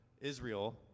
Israel